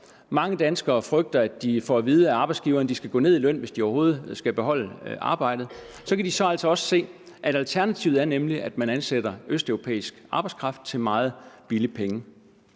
mange danskere frygter, at de af arbejdsgiveren får at vide, at de skal gå ned i løn, hvis de overhovedet skal kunne beholde deres arbejde, kan de altså også se, at alternativet er, at man ansætter østeuropæisk arbejdskraft til en meget billig penge.